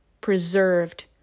preserved